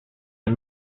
les